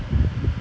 once a week